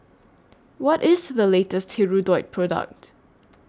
What IS The latest Hirudoid Product